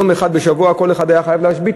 יום אחד בשבוע כל אחד היה חייב להשבית,